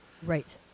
right